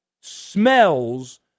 smells